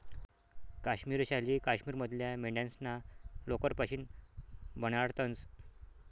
काश्मिरी शाली काश्मीर मधल्या मेंढ्यास्ना लोकर पाशीन बनाडतंस